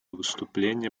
выступления